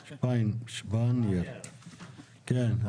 כן,